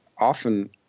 often